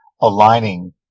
aligning